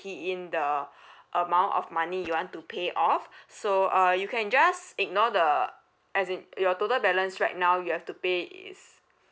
key in the amount of money you want to pay off so uh you can just ignore the as in your total balance right now you have to pay is